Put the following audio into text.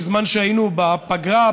בזמן שהיינו בפגרה,